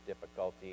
difficulty